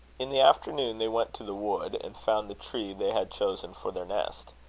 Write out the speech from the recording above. in the afternoon, they went to the wood, and found the tree they had chosen for their nest.